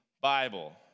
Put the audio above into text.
Bible